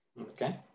okay